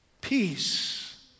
peace